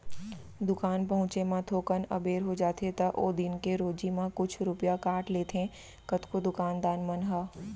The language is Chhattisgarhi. दुकान पहुँचे म थोकन अबेर हो जाथे त ओ दिन के रोजी म कुछ रूपिया काट लेथें कतको दुकान दान मन ह